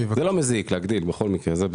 זה לא מזיק להגדיל בכל מקרה, זה בטוח.